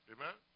Amen